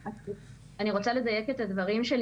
אני רוצה לדייק את הדברים שלי.